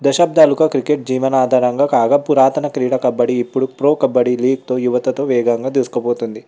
దశాబ్దాలుగా క్రికెట్ జీవనాధారంగా కాగా పురాతన క్రీడా కబడ్డీ ఇప్పుడు ప్రో కబడ్డీ లీగ్తో యువతతో వేగంగా దూసుకుపోతుంది